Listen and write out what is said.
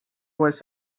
was